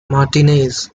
martinez